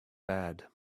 bad